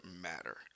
matter